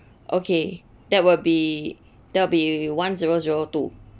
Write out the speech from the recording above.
okay that will be that will one zero zero two